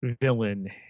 villain